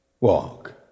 Walk